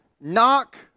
knock